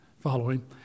Following